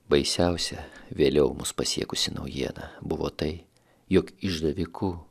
baisiausia vėliau mus pasiekusi naujiena buvo tai jog išdaviku